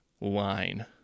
line